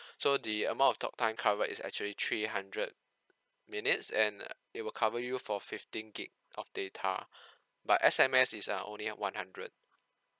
so the amount of talk time covered is actually three hundred minutes and uh it will cover you for fifteen gig of data but S_M_S is uh only at one hundred